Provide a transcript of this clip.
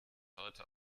heute